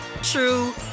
true